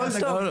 הכל טוב.